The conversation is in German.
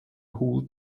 hull